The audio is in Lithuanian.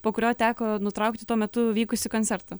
po kurio teko nutraukti tuo metu vykusį koncertą